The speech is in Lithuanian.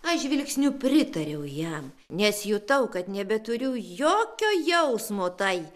aš žvilgsniu pritariau jam nes jutau kad nebeturiu jokio jausmo tai